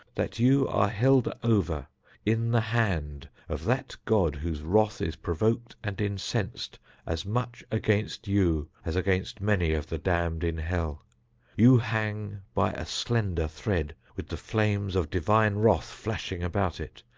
that you are held over in the hand of that god whose wrath is provoked and incensed as much against you as against many of the damned in hell you hang by a slender thread, with the flames of divine wrath flashing about it,